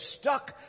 stuck